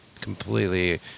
completely